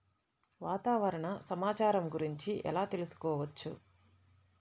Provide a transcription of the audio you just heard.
వాతావరణ సమాచారము గురించి ఎలా తెలుకుసుకోవచ్చు?